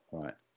right